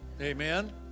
Amen